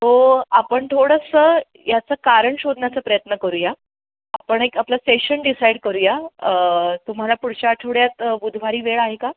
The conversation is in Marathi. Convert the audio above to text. तो आपण थोडंसं याचं कारण शोधण्याचा प्रयत्न करूया आपण एक आपलं सेशन डिसाईड करूया तुम्हाला पुढच्या आठवड्यात बुधवारी वेळ आहे का